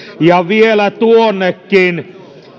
ja vielä tuonnekin